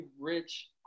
rich